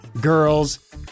girls